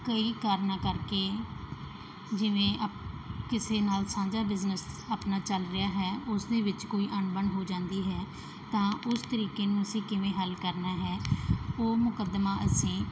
ਕਈ ਕਾਰਨਾਂ ਕਰਕੇ ਜਿਵੇਂ ਅ ਕਿਸੇ ਨਾਲ ਸਾਂਝਾ ਬਿਜ਼ਨਸ ਆਪਣਾ ਚੱਲ ਰਿਹਾ ਹੈ ਉਸ ਦੇ ਵਿੱਚ ਕੋਈ ਅਣਬਣ ਹੋ ਜਾਂਦੀ ਹੈ ਤਾਂ ਉਸ ਤਰੀਕੇ ਨੂੰ ਅਸੀਂ ਕਿਵੇਂ ਹੱਲ ਕਰਨਾ ਹੈ ਉਹ ਮੁਕੱਦਮਾ ਅਸੀਂ